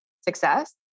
success